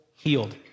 healed